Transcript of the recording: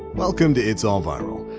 welcome to itsallviral.